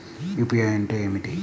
UPI అంటే ఏమిటీ?